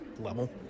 level